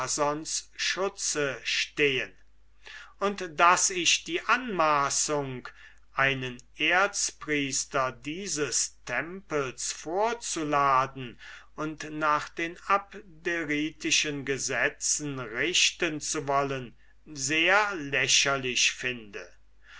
schutze stehen und daß ich die anmaßung einen erzpriester dieses tempels vorzuladen und nach den abderitischen gesetzen richten zu wollen sehr lächerlich finde